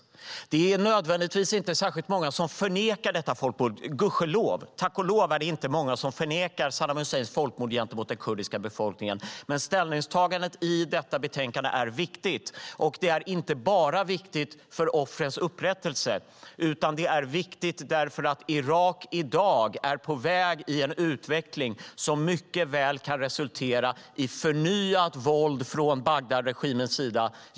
Tack och lov är det inte många som förnekar Saddam Husseins folkmord gentemot den kurdiska befolkningen, men ställningstagandet i detta betänkande är viktigt. Det är inte viktigt bara för offrens upprättelse. Det är viktigt också för att Irak i dag är på väg mot en utveckling som mycket väl kan resultera i förnyat våld mot Kurdistan från Bagdadregimens sida.